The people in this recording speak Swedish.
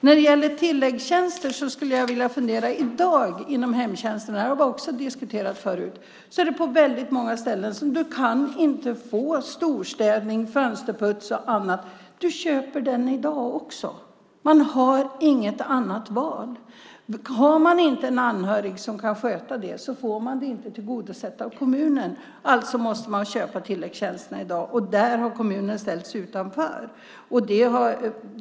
När det gäller tilläggstjänster i dag inom hemtjänsten - det har vi också diskuterat förut - kan du på väldigt många ställen inte få storstädning, fönsterputs och annat. Du köper det i dag också. Man har inget annat val. Har man inte en anhörig som kan sköta det får man det inte tillgodosett av kommunen. Alltså måste man köpa tilläggstjänsterna i dag, och där har kommunen ställts utanför.